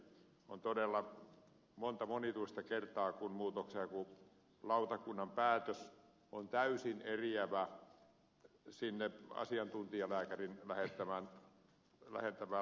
on todella ollut monta monituista kertaa niin että muutoksenhakulautakunnan päätös on ollut täysin eriävä sinne asiantuntijalääkärin lähettämään lausuntoon verrattuna